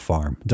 Farm